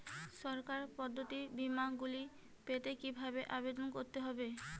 সরকার প্রদত্ত বিমা গুলি পেতে কিভাবে আবেদন করতে হবে?